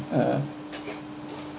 ya